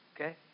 okay